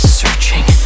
searching